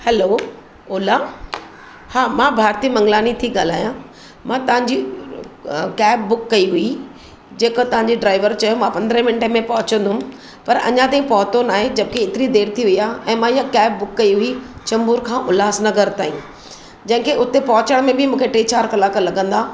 हलो ओला हा मां भारती मंगलानी थी ॻाल्हायां मां तव्हांजी कैब बुक कई हुई जेको तव्हांजे ड्राइवर चयो मां पंद्रहें मिन्टनि में पहुचंदमि पर अञा ताईं पहुतो न आहे जबकी हेतिरी देरि थी वेई आहे ऐं मां हीअ कैब बुक कई हुई चैम्बूर खां उल्लासनगर ताईं जेखे हुते पहुचण में बि मूंखे टे चारि कलाक लॻंदा